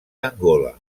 angola